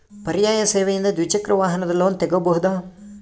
ಪರ್ಯಾಯ ಸೇವೆಯಿಂದ ದ್ವಿಚಕ್ರ ವಾಹನದ ಲೋನ್ ತಗೋಬಹುದಾ?